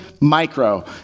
micro